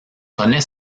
connait